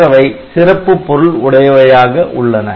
மற்றவை சிறப்பு பொருள் உடையவையாக உள்ளன